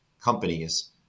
companies